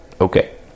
Okay